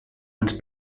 ens